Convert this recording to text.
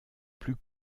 plus